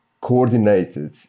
coordinated